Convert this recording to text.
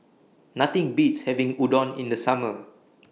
Nothing Beats having Udon in The Summer